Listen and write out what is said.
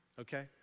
okay